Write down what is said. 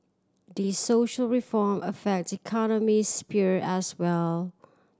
these social reform affect the economic sphere as well